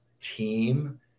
team